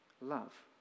love